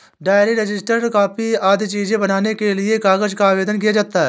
diary, register, copy आदि चीजें बनाने के लिए कागज का आवेदन किया जाता है